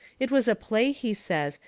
it was a play he says,